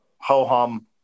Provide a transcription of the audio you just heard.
ho-hum